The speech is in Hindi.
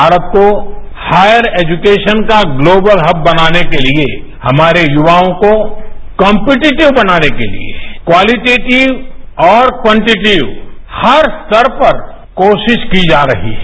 भारत को हायर एज्युकेशन का ग्लोबल हब बनाने के लिए हमारे युवाओं को कॉम्पटिटिव बनाने के लिए क्वालिटेटिव और क्वांटिटिव हर स्तर पर कोशिश की जा रही है